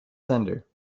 sender